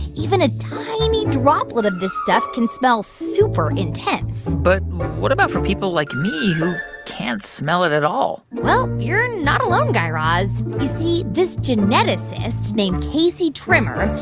even a tiny droplet of this stuff can smell super intense but what about for people like me who can't smell it at all? well, you're not alone, guy raz. you see, this geneticist named casey trimmer,